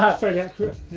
very accurate.